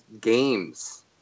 games